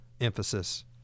emphasis